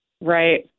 Right